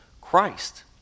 Christ